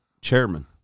Chairman